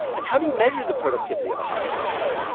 and how do you measure the productivity of a hospital worker?